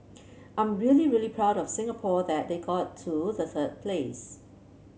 I'm really really proud of Singapore that they got to the third place